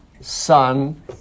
Son